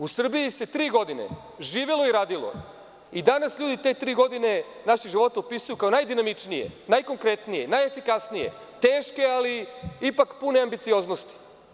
U Srbiji se tri godine živelo i radilo i danas ljudi te tri godine naše živote opisuju kao najdinamičnije, najkonkretnije, najefikasnije, teške ali ipak pune ambicioznosti.